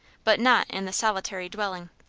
but not in the solitary dwelling.